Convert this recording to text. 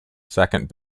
second